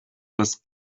dass